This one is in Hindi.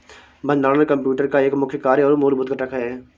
भंडारण कंप्यूटर का एक मुख्य कार्य और मूलभूत घटक है